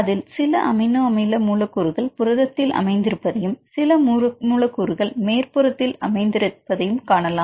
அதில் சில அமினோ அமில மூலக்கூறுகள் புரதத்தில் அமைந்திருப்பதையும் சில மூலக்கூறுகள் மேற்புறத்தில் அமைந்திருப்பதையும் காணலாம்